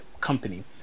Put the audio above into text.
company